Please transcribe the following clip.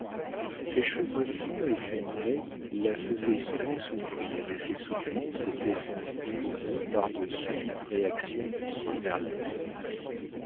ses cheveux fins et cendrés la faisaient souvent souffrir et ces souffrances étaient sans doute causées par de subites réactions du sang vers la tête